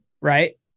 Right